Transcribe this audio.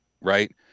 right